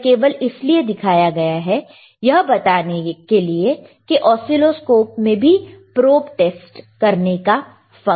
यह केवल इसलिए दिखाया है यह बताने के लिए कि ऑसीलोस्कोप में भी प्रोब टेस्ट करने का फंक्शन है